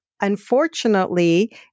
Unfortunately